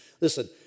Listen